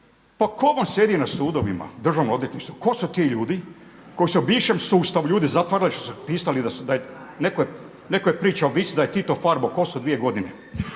pa tko vam sjedi na sudovima, državnom odvjetništvu? Tko su ti ljudi koji su u bivšem sustavu ljude zatvarali zato što su pisali, netko je pričao vic da je Tito farbao kosu dvije godine.